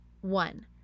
One